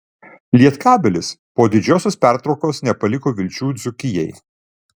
lietkabelis po didžiosios pertraukos nepaliko vilčių dzūkijai